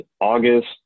August